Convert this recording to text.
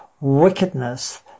wickedness